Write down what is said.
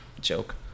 joke